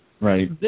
Right